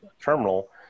terminal